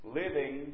living